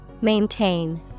Maintain